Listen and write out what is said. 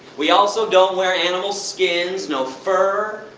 we also don't wear animals skins, no fur,